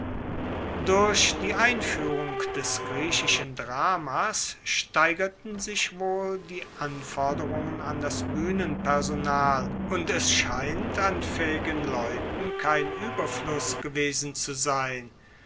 durch die einfuehrung des griechischen dramas steigerten sich wohl die anforderungen an das buehnenpersonal und es scheint an faehigen leuten kein oberfluss gewesen zu sein